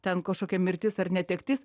ten kažkokia mirtis ar netektis